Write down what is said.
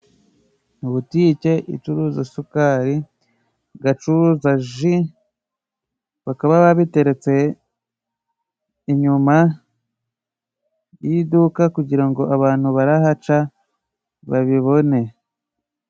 Mu butike icuruza isukari, gacuruza ji, bakaba bateretse inyuma y'iduka kugira ngo abantu barahaca babibone.